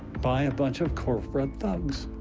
by a bunch of corporate thugs.